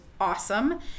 awesome